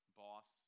boss